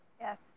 Yes